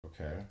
okay